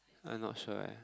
I not sure eh